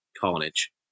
carnage